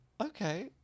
okay